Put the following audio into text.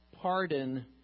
Pardon